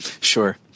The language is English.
Sure